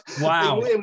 wow